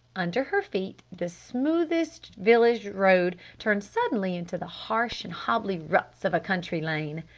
under her feet the smoothish village road turned suddenly into the harsh and hobbly ruts of a country lane.